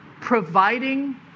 providing